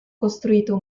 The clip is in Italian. costruito